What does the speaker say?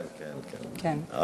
כן, כן, כן, כן.